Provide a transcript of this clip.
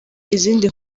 izindi